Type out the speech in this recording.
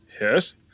Yes